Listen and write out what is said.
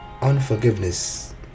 unforgiveness